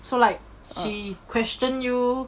so like see question you